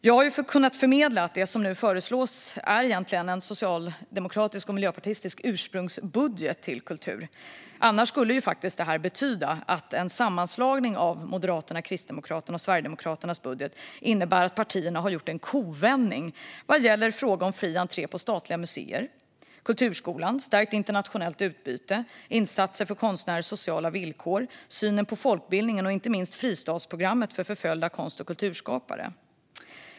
Jag har kunnat förmedla att det som nu föreslås egentligen är en socialdemokratisk och miljöpartistisk ursprungsbudget till kultur. Annars skulle en sammanslagning av Moderaternas, Kristdemokraternas och Sverigedemokraternas budgetar innebära att partierna har gjort en kovändning i fråga om fri entré på statliga museer, kulturskolan, stärkt internationellt utbyte, insatser för konstnärers sociala villkor, synen på folkbildningen och inte minst fristadsprogrammet för förföljda konst och kulturskapare.